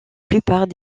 plupart